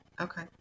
okay